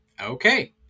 Okay